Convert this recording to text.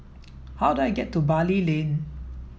how do I get to Bali Lane